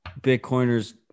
Bitcoiners